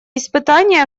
испытания